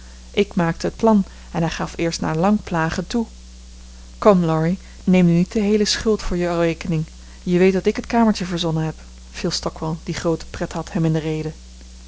ik maakte het plan en hij gaf eerst na lang plagen toe kom laurie neem nu niet de heele schuld voor jouw rekening je weet dat ik het kamertje verzonnen heb viel stockwall die groote pret had hem in de rede